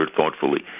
thoughtfully